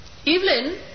Evelyn